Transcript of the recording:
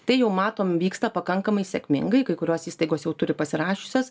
tai jau matom vyksta pakankamai sėkmingai kai kurios įstaigos jau turi pasirašiusios